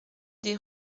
des